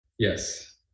Yes